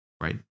Right